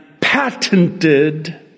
patented